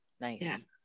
nice